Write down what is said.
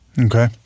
Okay